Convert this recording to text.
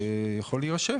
יכול להירשם